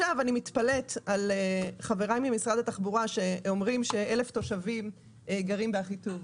אני מתפלאת על חבריי ממשרד התחבורה שאומרים שאלף תושבים גרים באחיטוב.